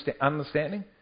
understanding